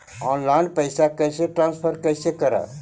Online पैसा कैसे transfer कैसे कर?